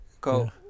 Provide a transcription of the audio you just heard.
Go